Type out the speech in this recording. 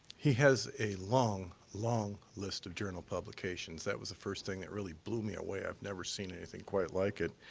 he has a long, long list of journal publications. that was the first thing that really blew me away. i've never seen anything quite like it.